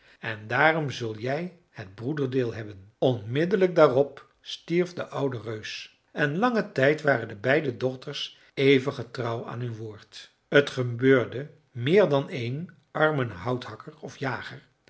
en daarom zul jij het broederdeel hebben onmiddellijk daarop stierf de oude reus en langen tijd waren de beide dochters even getrouw aan hun woord t gebeurde meer dan één armen houthakker of jager